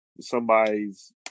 somebody's